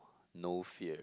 no fear